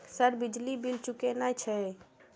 Sir बिजली bill चूकेना छे?